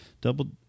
Double